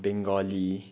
Bengali